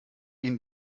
ihnen